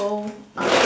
hello